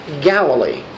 Galilee